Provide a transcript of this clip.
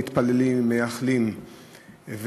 מתפללים ומייחלים,